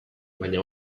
baina